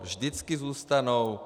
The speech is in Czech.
Vždycky zůstanou.